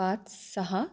पाच सहा